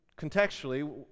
contextually